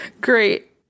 Great